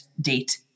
date